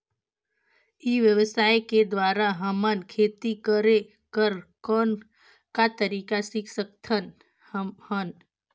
ई व्यवसाय के द्वारा हमन खेती करे कर कौन का तरीका सीख सकत हन?